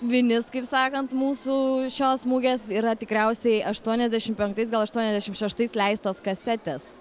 vinis kaip sakant mūsų šios mugės yra tikriausiai aštuoniasdešimt penktais gal aštuoniasdešim šeštais leistos kasetes